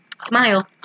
Smile